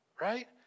right